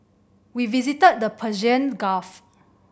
we visited the Persian Gulf